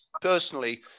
personally